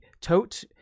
tote